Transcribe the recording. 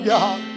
God